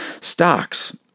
stocks